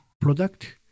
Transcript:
product